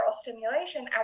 stimulation